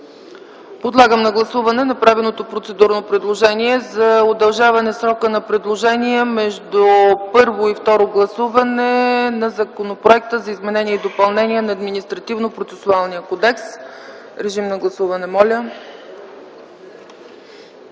Подлагам на гласуване направеното процедурно предложение за удължаване срока на предложения между първо и второ гласуване на Законопроекта за изменение и допълнение на Административнопроцесуалния кодекс. Гласували